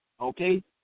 okay